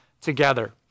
together